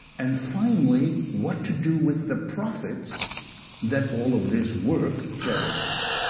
and finally, what to do with the profits that all of this work generates.